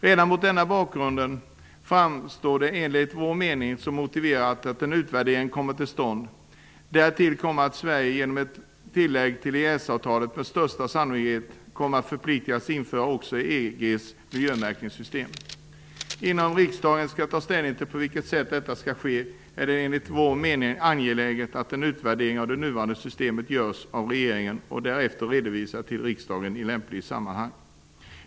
Redan mot denna bakgrund framstår det enligt vår mening som motiverat att en utvärdering kommer till stånd. Därtill kommer att Sverige genom ett tillägg till EES-avtalet med största sannolikhet kommer att förpliktas införa också EG:s miljömärkningssystem. Innan riksdagen tar ställning till hur detta skall ske är det enligt vår mening angeläget att en utvärdering av det nuvarande systemet görs av regeringen och därefter redovisas för riksdagen i lämpligt sammanhang.